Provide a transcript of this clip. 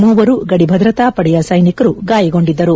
ಮೂವರು ಗದಿ ಭದ್ರತಾ ಪಡೆಯ ಸೈನಿಕರು ಗಾಯಗೊಂಡಿದ್ದರು